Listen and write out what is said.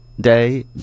day